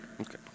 okay